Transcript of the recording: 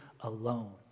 alone